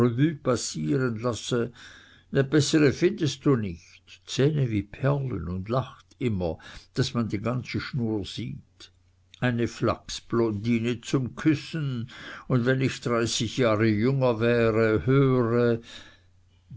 passieren lasse ne beßre findest du nicht zähne wie perlen und lacht immer daß man die ganze schnur sieht eine flachsblondine zum küssen und wenn ich dreißig jahre jünger wäre höre